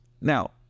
Now